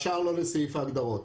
השאר לא לסעיף ההגדרות.